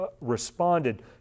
responded